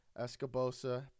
Escobosa